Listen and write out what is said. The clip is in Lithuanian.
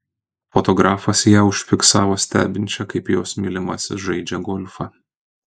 fotografas ją užfiksavo stebinčią kaip jos mylimasis žaidžią golfą